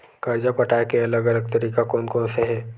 कर्जा पटाये के अलग अलग तरीका कोन कोन से हे?